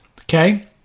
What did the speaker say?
okay